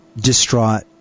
distraught